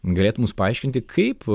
galėtų mus paaiškinti kaip